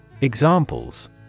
Examples